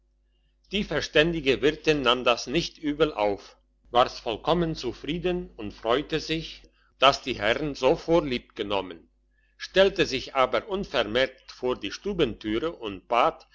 die verständige wirtin nahm das nicht übel auf war's vollkommen zufrieden und freute sich dass die herren so vorlieb genommen stellte sich aber unvermerkt vor die stubentüre und bat